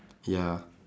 ya